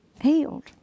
healed